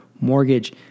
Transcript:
mortgage